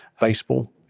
baseball